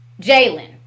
Jalen